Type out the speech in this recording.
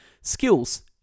Skills